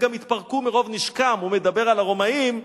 גם התפרקו מרוב נשקם" הוא מדבר על הרומאים,